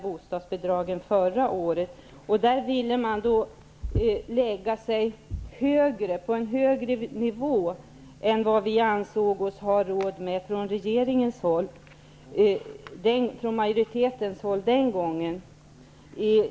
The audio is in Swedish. I reservationen sade man att man ville lägga sig på en högre nivå än vad vi från den dåvarande socialdemokratiska regeringens sida, från majoritetens sida, ansåg oss ha råd med.